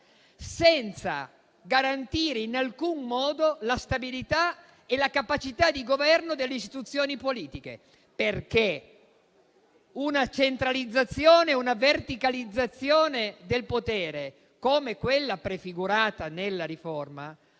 senza garantire in alcun modo la stabilità e la capacità di governo delle istituzioni politiche. Una centralizzazione e una verticalizzazione del potere come quella prefigurata nella riforma,